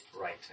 right